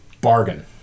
Bargain